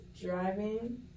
driving